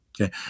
Okay